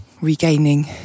regaining